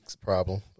problem